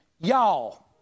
Y'all